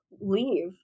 leave